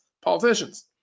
politicians